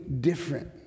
different